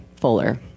fuller